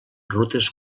rutes